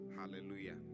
Hallelujah